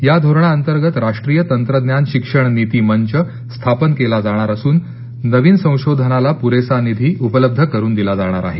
या धोरणांतर्गत राष्ट्रीय तंत्रज्ञान शिक्षण नीती मंच स्थापन केला जाणार असून नवीन संशोधनाला पुरेसा निधी उपलब्ध करून दिला जाणार आहे